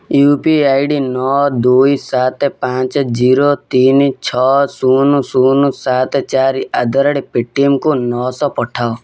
you P I D ନଅ ଦୁଇ ସାତ ପାଞ୍ଚ ଜିରୋ ତିନି ଛଅ ଶୂନ ଶୂନ ସାତ ଚାରି ଆଟ୍ ଦ ରେଟ୍ ପେଟିଏମ୍କୁ ନଅଶହ ପଠାଅ